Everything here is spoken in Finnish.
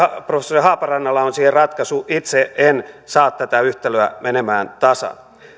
professori haaparannalla on siihen ratkaisu itse en saa tätä yhtälöä menemään tasan